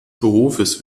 berufes